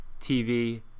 TV